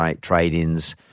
trade-ins